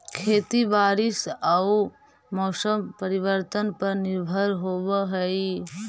खेती बारिश आऊ मौसम परिवर्तन पर निर्भर होव हई